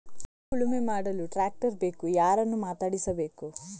ಗದ್ಧೆ ಉಳುಮೆ ಮಾಡಲು ಟ್ರ್ಯಾಕ್ಟರ್ ಬೇಕು ಯಾರನ್ನು ಮಾತಾಡಿಸಬೇಕು?